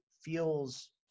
feels